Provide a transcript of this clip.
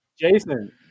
Jason